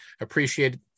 appreciate